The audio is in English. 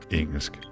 engelsk